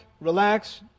relax